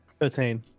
13